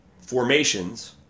formations